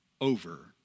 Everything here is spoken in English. over